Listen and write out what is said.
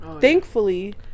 thankfully